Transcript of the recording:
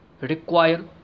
require